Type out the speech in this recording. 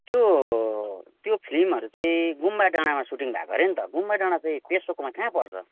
त्यो त्यो फिल्महरू चाहिँ गुम्बा डाँडामा सुटिङ भएको अरे नि त गुम्बा डाँडा चाहिँ पेशोकमा कहाँ पर्छ